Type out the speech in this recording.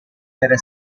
era